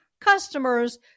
customers